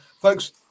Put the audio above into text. folks